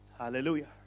Hallelujah